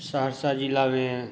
सहरसा जिलामे